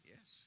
Yes